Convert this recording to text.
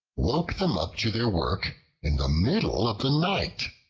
woke them up to their work in the middle of the night.